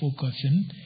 focusing